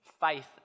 faith